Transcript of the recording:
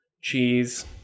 cheese